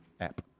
app